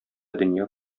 дөнья